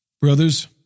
Brothers